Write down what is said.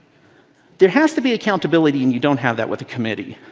there has to be accountability, and you don't have that with the committee.